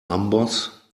amboss